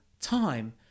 time